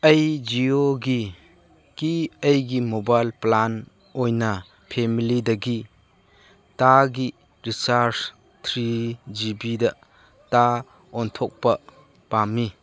ꯑꯩ ꯖꯤꯌꯣꯒꯤ ꯀꯤ ꯑꯩꯒꯤ ꯃꯣꯕꯥꯏꯜ ꯄ꯭ꯂꯥꯟ ꯑꯣꯏꯅ ꯐꯦꯃꯤꯂꯤꯗꯒꯤ ꯇꯥꯒꯤ ꯔꯤꯆꯥꯔꯖ ꯊ꯭ꯔꯤ ꯖꯤ ꯕꯤꯗ ꯇ ꯑꯣꯟꯊꯣꯛꯄ ꯄꯥꯝꯃꯤ